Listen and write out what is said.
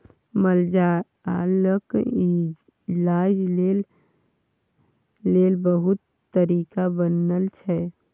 मालजालक इलाज लेल बहुत तरीका बनल छै